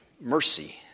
mercy